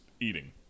eating